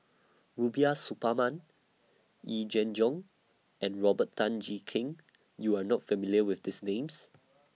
Rubiah Suparman Yee Jenn Jong and Robert Tan Jee Keng YOU Are not familiar with These Names